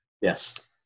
yes